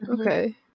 Okay